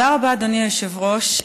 תודה רבה, אדוני היושב-ראש.